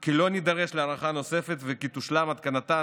כי לא נידרש להארכה נוספת וכי תושלם התקנתן